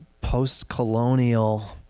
post-colonial